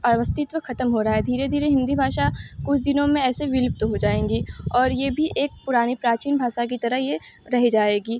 अब अस्तित्व ख़त्म हो रहा है धीरे धीरे हिन्दी भाषा कुछ दिनों में ऐसे विलुप्त हो जाएगी और ये भी एक पुरानी प्राचीन भाषा की तरह ये रह जाएगी